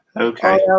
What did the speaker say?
okay